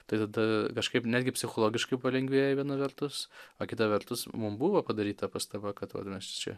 tai tada kažkaip netgi psichologiškai palengvėja viena vertus o kita vertus mum buvo padaryta pastaba kad mes čia